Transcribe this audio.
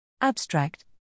Abstract